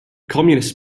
communists